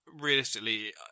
realistically